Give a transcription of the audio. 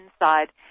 inside